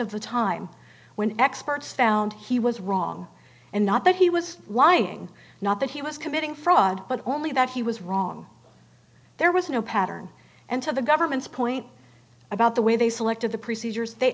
of the time when experts found he was wrong and not that he was lying not that he was committing fraud but only that he was wrong there was no pattern and to the government's point about the way they selected the procedures they